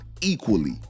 equally